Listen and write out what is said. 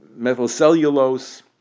methylcellulose